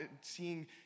Seeing